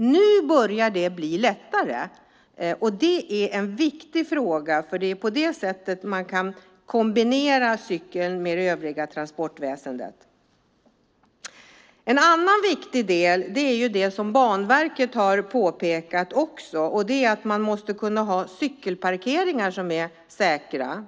Nu börjar det bli lättare, och det är en viktig fråga, för det är på det sättet man kan kombinera cykeln med det övriga transportväsendet. En annan viktig del är det som Banverket också har påpekat, och det är att man måste kunna ha cykelparkeringar som är säkra.